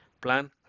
Plan